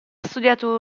studiato